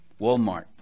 Walmart